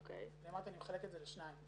אני אמרתי, אני מחלק את זה לשניים.